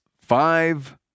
five